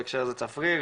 בהקשר הזה צפריר,